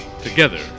Together